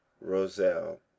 Roselle